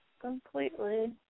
Completely